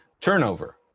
turnover